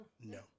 no